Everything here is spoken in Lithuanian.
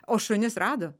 o šunis rado